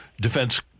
defense